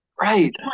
Right